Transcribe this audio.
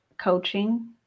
coaching